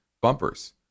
bumpers